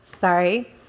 Sorry